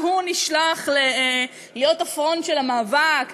גם הוא נשלח להיות הפרונט של המאבק.